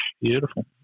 Beautiful